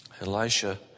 Elisha